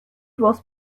was